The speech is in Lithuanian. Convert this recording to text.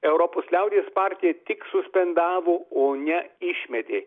europos liaudies partija tik suspendavo o ne išmetė